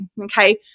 Okay